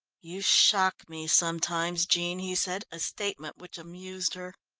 you shock me sometimes, jean, he said, a statement which amused her.